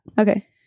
Okay